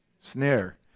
snare